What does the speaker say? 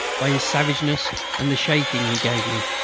by his savageness and the shaking he gave me.